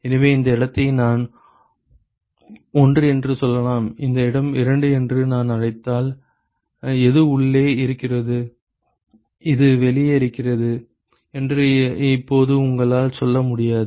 எனவே இந்த இடத்தை நான் 1 என்று சொல்லலாம் இந்த இடம் 2 என்று நான் அழைத்தால் எது உள்ளே இருக்கிறது எது வெளியே இருக்கிறது என்று இப்போது உங்களால் சொல்ல முடியாது